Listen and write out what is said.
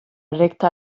recta